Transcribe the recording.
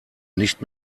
nicht